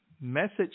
Message